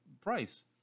price